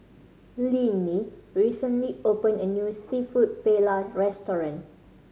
Linnea recently open a new Seafood Paella Restaurant